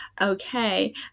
okay